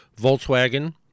Volkswagen